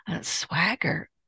swagger